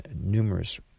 numerous